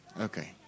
Okay